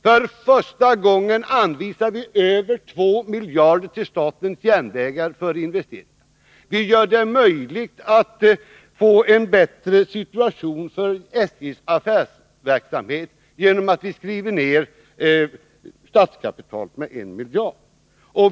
För första gången anvisar vi över 2 miljarder kronor till statens järnvägar för investeringar. Vi möjliggör en bättre situation för SJ:s affärsverksamhet genom att vi skriver ner statskapitalet med 1 miljard.